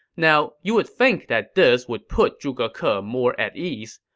now, you would think that this would put zhuge ke ah more at ease,